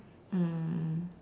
mm mm